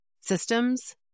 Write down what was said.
systems